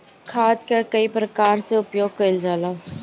खाद कअ कई प्रकार से उपयोग कइल जाला